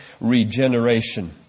regeneration